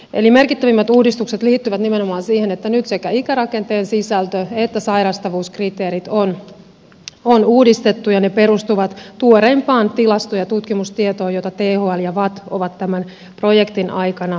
eli merkittävimmät uudistukset liittyvät nimenomaan siihen että nyt sekä ikärakenteen sisältö että sairastavuuskriteerit on uudistettu ja ne perustuvat tuoreimpaan tilasto ja tutkimustietoon jota thl ja vatt ovat tämän projektin aikana tuottaneet